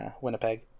Winnipeg